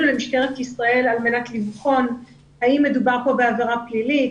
למשטרת ישראל על מנת לבחון האם מדובר פה בעבירה פלילית,